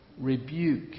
rebuke